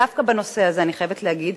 דווקא בנושא הזה, אני חייבת להגיד,